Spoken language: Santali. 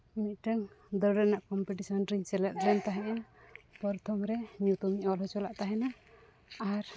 ᱢᱤᱫᱴᱟᱹᱝ ᱫᱟᱹᱲ ᱨᱮᱱᱟᱜ ᱠᱚᱢᱯᱤᱴᱤᱥᱮᱱ ᱨᱮᱧ ᱥᱮᱞᱮᱫ ᱞᱮᱱ ᱛᱟᱦᱮᱱᱟ ᱯᱨᱚᱛᱷᱚᱢᱨᱮ ᱧᱩᱛᱩᱢᱤᱧ ᱚᱞ ᱦᱚᱪᱚ ᱞᱮᱫ ᱛᱟᱦᱮᱱᱟ ᱟᱨ